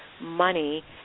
money